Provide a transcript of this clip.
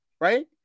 right